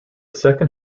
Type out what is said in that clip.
second